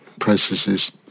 processes